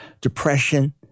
depression